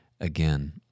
again